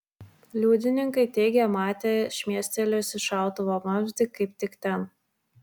liudininkai teigė matę šmėstelėjusį šautuvo vamzdį kaip tik ten